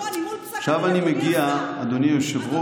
אני מול פסק הדין, אדוני השר.